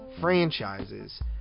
franchises